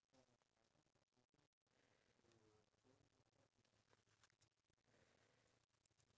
I mean I will I don't think so if changing I'm not sure but if I were to bring something